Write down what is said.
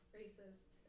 racist